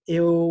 eu